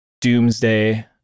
doomsday